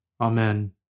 Amen